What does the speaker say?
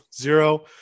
Zero